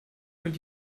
und